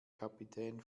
kapitän